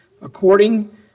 according